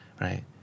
right